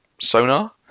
Sonar